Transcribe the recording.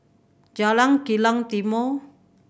Jalan Kilang Timor